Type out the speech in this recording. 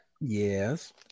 Yes